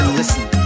listen